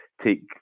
take